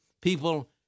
People